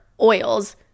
oils